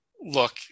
look